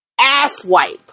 asswipe